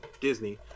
Disney